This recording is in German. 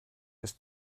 ist